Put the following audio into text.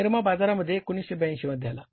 निरमा बाजारामध्ये 1982 मध्ये आला